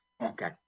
Okay